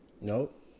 nope